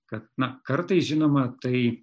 kad na kartais žinoma tai